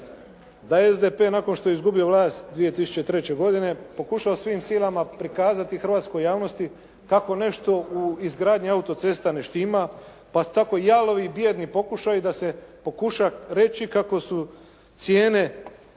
da SDP nakon što je izgubio vlas 2003. godine, pokušao svim silama prikazati hrvatskoj javnosti, kako nešto u izgradnji autocesta ne štima, pa su tako jalovi i bijedni pokušaji da se pokuša reći kako su cijene